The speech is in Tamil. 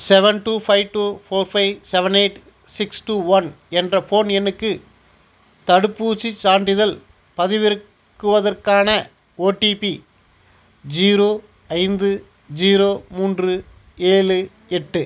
seven two five two four five seven eight six two one என்ற ஃபோன் எண்ணுக்கு தடுப்பூசிச் சான்றிதழ் பதிவிறக்குவதற்கான ஒடிபி ஜீரோ ஐந்து ஜீரோ மூன்று ஏழு எட்டு